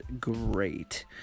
great